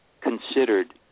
considered